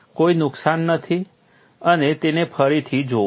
કોઈ નુકસાન નથી અને તેને ફરીથી જોવું